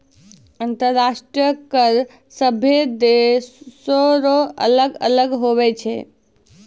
अंतर्राष्ट्रीय कर सभे देसो रो अलग अलग हुवै छै